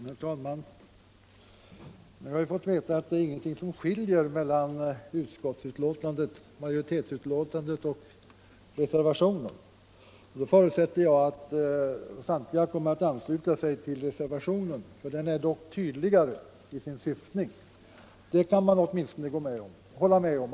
Herr talman! Nu har vi fått veta att ingenting skiljer mellan majoritetsbetänkandet och reservationen. Då förutsätter jag att samtliga kommer att ansluta sig till reservationen för den är tydligare i syftningen. Det borde man åtminstone kunna hålla med om.